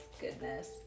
Goodness